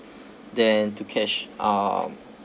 then to catch um